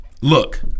Look